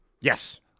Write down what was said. Yes